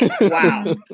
Wow